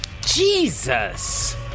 Jesus